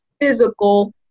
physical